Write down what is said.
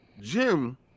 Jim